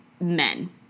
men